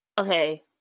Okay